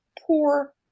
poor